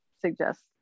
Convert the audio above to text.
suggest